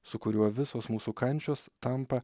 su kuriuo visos mūsų kančios tampa